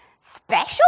Special